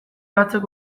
batzuk